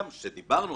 כאשר דיברנו,